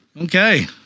Okay